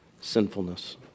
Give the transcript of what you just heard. sinfulness